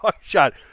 shot